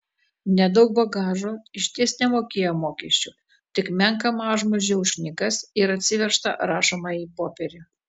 nedaug bagažo išties nemokėjo mokesčių tik menką mažmožį už knygas ir atsivežtą rašomąjį popierių